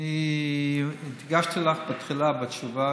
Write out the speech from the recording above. אני הדגשתי לך בתחילה בתשובה